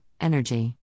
energy